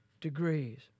degrees